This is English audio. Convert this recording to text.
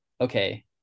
okay